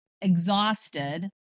exhausted